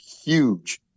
huge